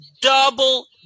double